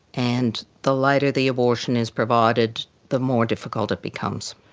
and the later the abortion is provided, the more difficult it becomes.